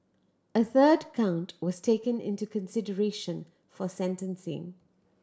a third count was taken into consideration for sentencing